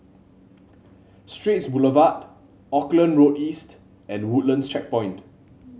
Straits Boulevard Auckland Road East and Woodlands Checkpoint